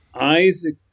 Isaac